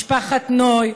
משפחת נוי,